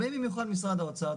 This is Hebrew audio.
במיוחד משרד האוצר,